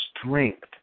strength